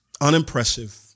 unimpressive